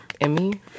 Emmy